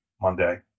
Monday